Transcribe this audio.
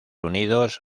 unidos